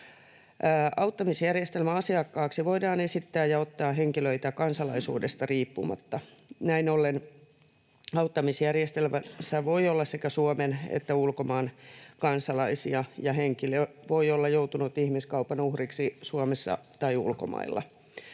Auttamisjärjestelmän asiakkaaksi voidaan esittää ja ottaa henkilöitä kansalaisuudesta riippumatta. Näin ollen auttamisjärjestelmässä voi olla sekä Suomen että ulkomaan kansalaisia ja henkilö voi olla joutunut ihmiskaupan uhriksi Suomessa tai ulkomailla.